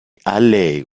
alley